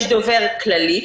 יש דובר כללי,